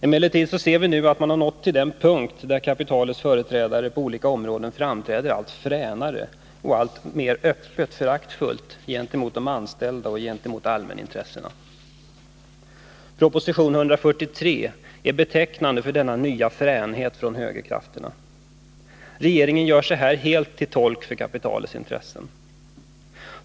Emellertid ser vi nu att man har nått den punkt där kapitalets företrädare på olika områden framträder allt fränare och alltmer öppet föraktfullt gentemot de anställda och gentemot allmänintressena. Proposition 143 är betecknande för denna nya fränhet från högerkrafterna. Regeringen gör sig här helt till tolk för kapitalets intressen.